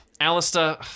Alistair